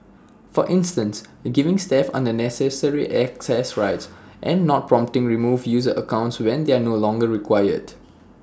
for instance giving staff unnecessary access rights and not promptly removing user accounts when they are no longer required